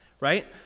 right